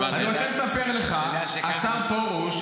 השר פרוש,